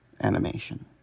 animation